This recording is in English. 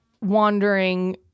wandering